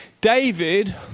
David